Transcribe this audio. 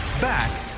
Back